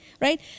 right